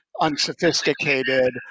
Unsophisticated